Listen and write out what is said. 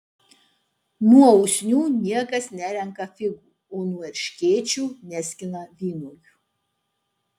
nuo usnių niekas nerenka figų o nuo erškėčių neskina vynuogių